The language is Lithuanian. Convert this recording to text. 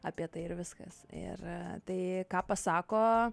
apie tai ir viskas ir tai ką pasako